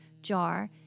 jar